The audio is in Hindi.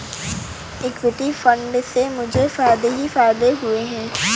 इक्विटी फंड से मुझे फ़ायदे ही फ़ायदे हुए हैं